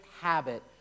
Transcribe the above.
habit